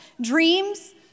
dreams